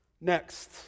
Next